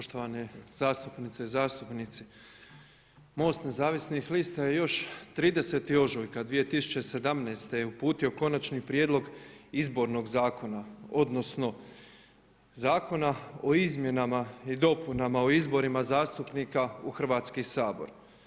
Poštovane zastupnice i zastupnici, MOST nezavisnih lista je još 30. ožujka 2017. uputio Konačni prijedlog Izbornog zakona odnosno Zakona o izmjenama i dopunama o izborima zastupnika u Hrvatski sabor.